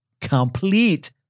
complete